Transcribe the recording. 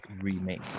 remake